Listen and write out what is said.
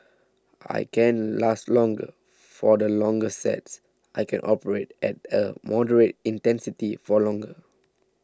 I can last longer for the longer sets I can operate at a moderate intensity for longer